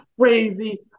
crazy